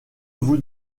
vous